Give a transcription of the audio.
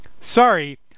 Sorry